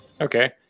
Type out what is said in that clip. Okay